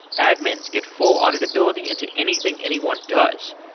admins get full auditability into anything anyone does.